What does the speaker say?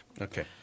Okay